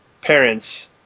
parents